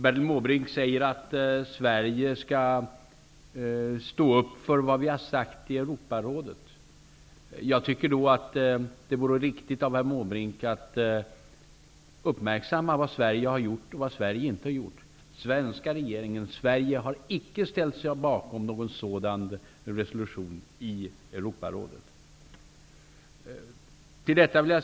Bertil Måbrink säger att Sverige skall stå upp för vad vi har sagt i Europarådet. Jag tycker att det vore riktigt av herr Måbrink att uppmärksamma vad Sverige har gjort och inte gjort. Sverige och den svenska regeringen har icke ställt sig bakom någon sådan resolution i Europarådet.